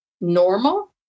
normal